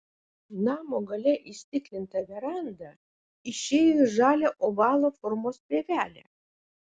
namo gale įstiklinta veranda išėjo į žalią ovalo formos pievelę